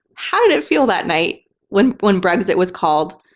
how did it feel that night when when brexit was called?